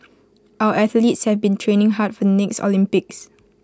our athletes have been training hard for next Olympics